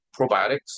probiotics